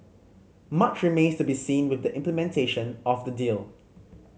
much remains to be seen with the implementation of the deal